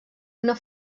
una